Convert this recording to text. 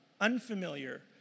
unfamiliar